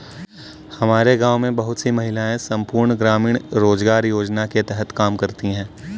हमारे गांव में बहुत सी महिलाएं संपूर्ण ग्रामीण रोजगार योजना के तहत काम करती हैं